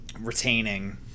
retaining